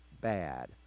bad